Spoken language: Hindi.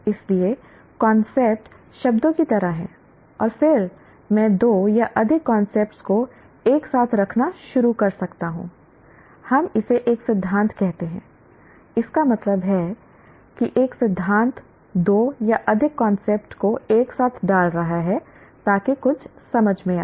इसलिए कांसेप्ट शब्दों की तरह हैं और फिर मैं दो या अधिक कांसेप्ट को एक साथ रखना शुरू कर सकता हूं हम इसे एक सिद्धांत कहते हैं इसका मतलब है कि एक सिद्धांत दो या अधिक कांसेप्ट को एक साथ डाल रहा है ताकि कुछ समझ में आए